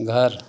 घर